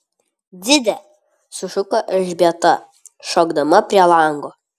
dzide sušuko elžbieta šokdama prie lango